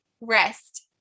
Rest